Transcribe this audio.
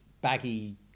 baggy